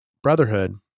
brotherhood